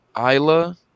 Isla